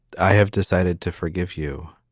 i have decided to forgive you.